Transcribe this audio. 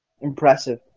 impressive